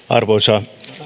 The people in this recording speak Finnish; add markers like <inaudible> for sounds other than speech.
<unintelligible> arvoisa